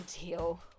deal